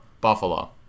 Buffalo